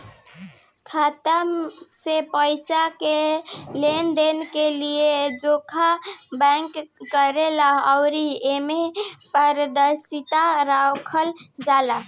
खाता से पइसा के लेनदेन के लेखा जोखा बैंक करेले अउर एमे पारदर्शिता राखल जाला